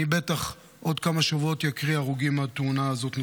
אני בטח בעוד כמה שבועות אקריא הרוגים נוספים מהתאונה הזאת,